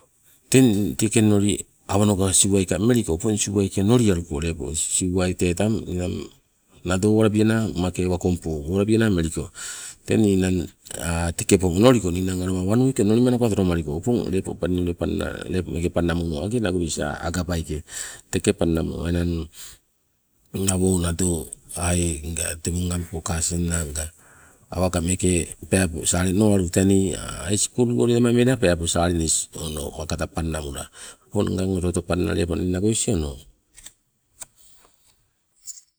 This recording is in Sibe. Teng teke onoli awanogaka siuwai ka meliko opong siuwai ke lepo onolialuko, lepo siuwai tang ninang nado owalabiana ummake wakompo tekeka opong onoliko ninang aloma wan wik onolima napo tolomaliko, teng lepo panna moma lepo meeke panna moma age agabaike enang awo nado ai tei ngangpo kasen nanga. Tee ni peepo saali onowalukom, tee ni hai skul go lema mela peepo salinis ono kata panna mola. Opong panna nganna oto oto lepo ni nagovis ono.